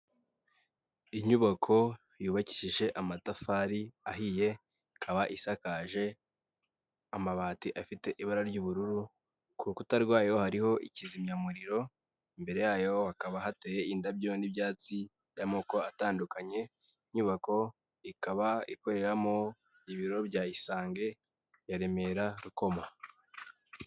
Inyubako yubakije amatafari ahiye, ikaba isakaje amabati afite ibara ry'ubururu. Ku rukuta rwayo hariho ikizimyamuriro, imbere yayo hakaba hateye indabyo n'ibyatsi y'amoko atandukanye. Inyubako ikaba ikoreramo ibiro bya isange ya Remera Rukoma.